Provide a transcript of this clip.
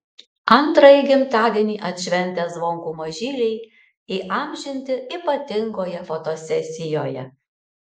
antrąjį gimtadienį atšventę zvonkų mažyliai įamžinti ypatingoje fotosesijoje